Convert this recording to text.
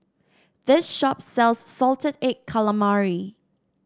this shop sells Salted Egg Calamari